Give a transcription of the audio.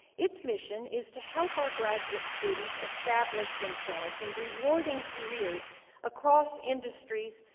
its mission is to help our graduate students establish themselves in rewarding careers across industries,